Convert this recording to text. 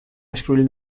descubrir